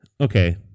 Okay